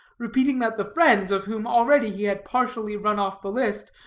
repeating that the friends, of whom already he had partially run off the list,